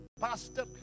pastor